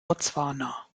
botswana